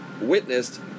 witnessed